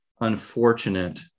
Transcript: unfortunate